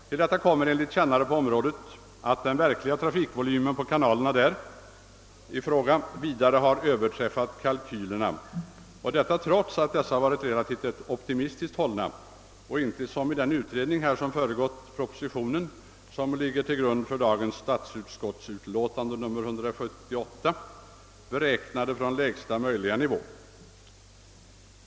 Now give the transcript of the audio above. Till detta kommer enligt kännare på området att den verkliga trafikvolymen på kanalerna i fråga vida har överträffat kalkylerna, trots att dessa varit relativt optimistiskt hållna och inte, som i den utredning vilken föregått den proposition som ligger till grund för dagens statsutskottsutlåtande nr 178, beräknade från lägsta möjliga nivå.